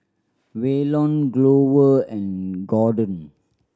Waylon Glover and Gordon